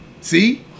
See